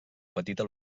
petita